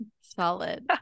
Solid